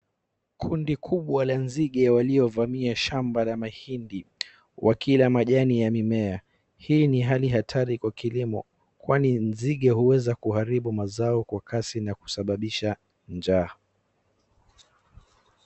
Kundi kubwa la nzige waliovamia shamba la mahindi wakila majani ya mimea. Hii ni hatari kubwa kwa kilimo kwani nzige huweza kuharibu mazao kwa kasi na kusababisha njaa.